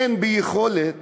אין ביכולת